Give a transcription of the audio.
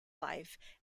life